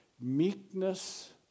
meekness